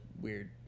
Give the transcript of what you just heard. weird